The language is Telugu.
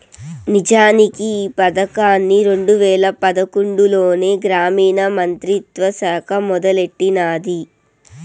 నిజానికి ఈ పదకాన్ని రెండు వేల పదకొండులోనే గ్రామీణ మంత్రిత్వ శాఖ మొదలెట్టినాది